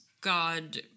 god